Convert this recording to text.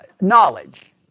knowledge